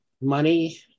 money